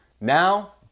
Now